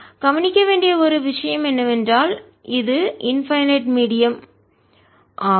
கவனிக்க வேண்டிய ஒரு விஷயம் என்னவென்றால் இது இன்பைநெட் மீடியம் எல்லையற்ற அளவிலான பொருள் ஆகும்